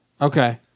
Okay